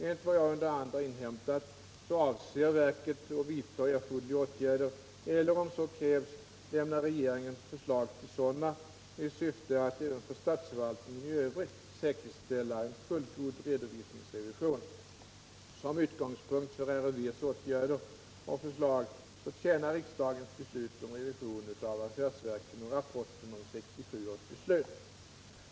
Enligt vad jag under hand har inhämtat avser verket att vidta erforderliga åtgärder eller — om så krävs — lämna regeringen förslag till sådana, i syfte att även förstatsförvaltningen i övrigt säkerställa en fullgod redovisningsrevision. Som utgångspunkt för RRV:s åtgärder och förslag tjänar riksdagens beslut om revision av affärsverken och rapporten om 1967 års beslut.